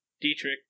Dietrich